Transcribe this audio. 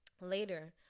later